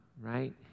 right